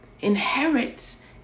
inherits